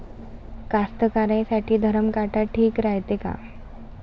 कास्तकाराइसाठी धरम काटा ठीक रायते का?